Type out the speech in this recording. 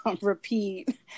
repeat